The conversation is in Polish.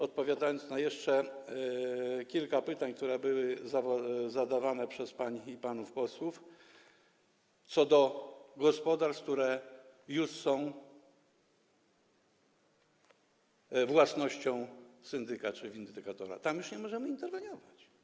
Odpowiadając jeszcze na kilka pytań, które były zadawane przez panie i panów posłów, co do gospodarstw, które już są własnością syndyka czy windykatora, informuję, że tam już nie możemy interweniować.